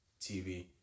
TV